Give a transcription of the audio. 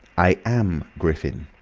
i am griffin.